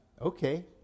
Okay